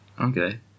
Okay